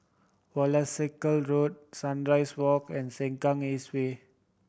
Wolskel Road Sunrise Walk and Sengkang East Way